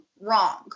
wrong